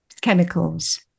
chemicals